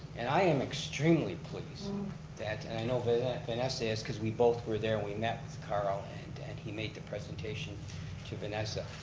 and i am extremely pleased that, and i know that vanessa is because we both were there, we met with karl and and he made the presentation to vanessa.